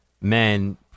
men